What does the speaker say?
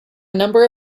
number